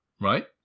right